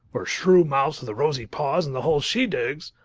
or shrew-mouse-of-the-rosy-paws, in the holes she digs.